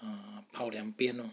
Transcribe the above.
err 跑两边 lor